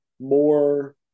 more